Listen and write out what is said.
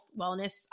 wellness